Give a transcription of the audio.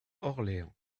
orléans